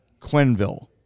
Quenville